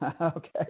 Okay